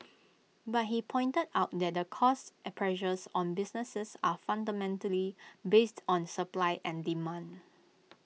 but he pointed out that the cost pressures on businesses are fundamentally based on supply and demand